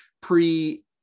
Pre